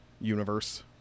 universe